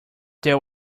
there